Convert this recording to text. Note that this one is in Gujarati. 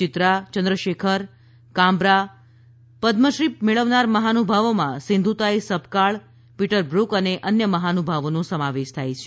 ચિત્રા ચંદ્રશેખર કાંબરા પદમશ્રી મેળવનાર મહાનુભાવોમાં સીંધુતાઇ સપકાળ પીટરબ્રુક અને અન્ય મહાનુભાવોનો સમાવેશ થાય છે